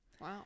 wow